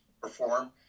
perform